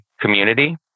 community